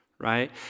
Right